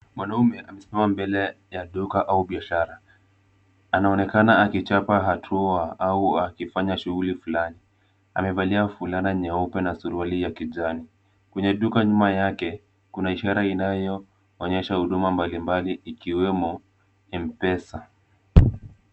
Mwanaume amesimama mbele ya duka au biashara. Anaonekana akichapa hatua au akifanya shughuli fulani. Amevalia fulana nyeupe na suruali ya kijani. Kwenye duka nyuma yake, kuna ishara inayoonyesha huduma mbalimbali ikiwemo M-Pesa.